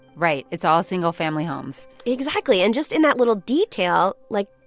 right. it's all single-family homes exactly. and just in that little detail, like,